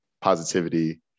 positivity